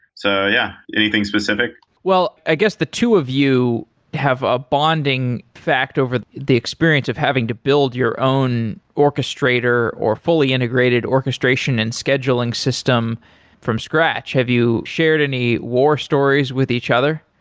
so yeah, anything specific? well, i guess the two of you have a bonding fact over the experience of having to build your own orchestrator, or fully integrated orchestration and scheduling system from scratch. have you shared any war stories with each other?